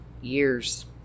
years